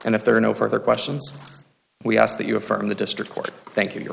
and if there are no further questions we ask that you affirm the district court thank you